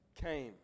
came